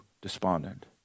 despondent